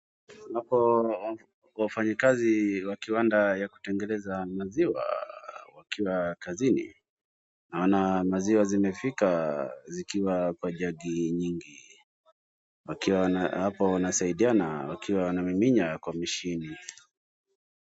Tunapoona wafanyikazi wa kiwanda ya kutengeneza maziwa wakiwa kazini naona maziwa zimefika zikiwa kwa jagi nyingi wakiwa hapo wanasaidiana wakiwa wanamiminya kwa mishini,